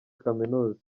kaminuza